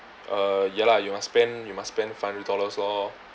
uh ya lah you must spend you must spend five hundred dollars lor